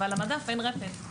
על המדף אין רפד.